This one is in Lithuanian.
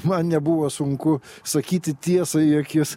man nebuvo sunku sakyti tiesą į akis